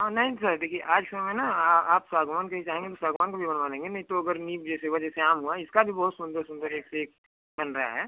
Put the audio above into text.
हाँ नहीं सर देखिए आज के समय ना आप सागवान का ही चाहेंगे तो सागवान का भी बनवा लेंगे नहीं तो अगर नीम जैसे हुआ जैसे आम हुआ इसका भी बहुत सुंदर सुंदर एक से एक बन रहा है